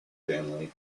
family